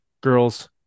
girls